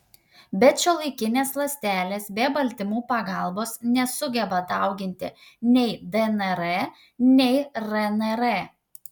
bet šiuolaikinės ląstelės be baltymų pagalbos nesugeba dauginti nei dnr nei rnr